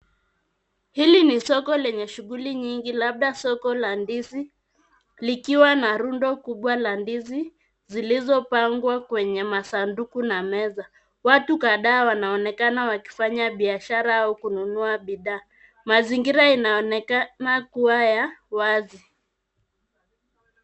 Hili ni soko lenye shughuli nyingi labda soko la ndizi, likiwa na rundo kubwa la ndizi zilizopangwa kwenye masanduku na meza. Watu kadhaa wanaonekana wakifanya biashara au kununua bidhaa. Mazingira inaonekana kuwa ya wazi.